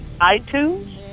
iTunes